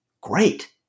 great